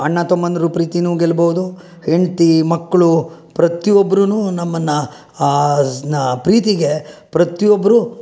ಅಣ್ಣ ತಮ್ಮಂದಿರ ಪ್ರೀತಿನೂ ಗೆಲ್ಲಬಹುದು ಹೆಂಡ್ತಿ ಮಕ್ಕಳು ಪ್ರತಿಯೊಬ್ಬರೂ ನಮ್ಮನ್ನು ಆ ಪ್ರೀತಿಗೆ ಪ್ರತಿಯೊಬ್ಬರೂ